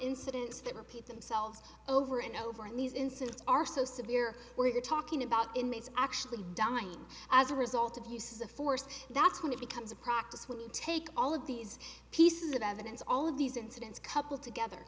that repeat themselves over and over and these incidents are so severe we're talking about inmates actually dying as a result of uses of force that's when it becomes a practice when you take all of these pieces of evidence all of these incidents coupled together